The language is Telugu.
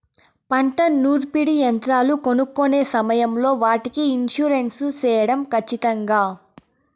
పంట నూర్పిడి యంత్రాలు కొనుక్కొనే సమయం లో వాటికి ఇన్సూరెన్సు సేయడం ఖచ్చితంగా?